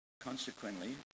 Consequently